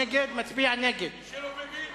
עקב השתתפות בפעילות חבלנית), התשס”ט 2009,